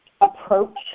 approach